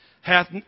hath